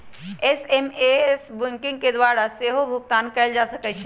SMS banking के द्वारा सेहो भुगतान कएल जा सकै छै